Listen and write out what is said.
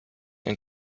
and